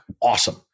Awesome